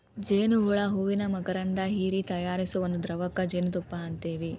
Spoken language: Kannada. ಜೇನ ಹುಳಾ ಹೂವಿನ ಮಕರಂದಾ ಹೇರಿ ತಯಾರಿಸು ಒಂದ ದ್ರವಕ್ಕ ಜೇನುತುಪ್ಪಾ ಅಂತೆವಿ